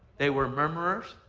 they were murmurers.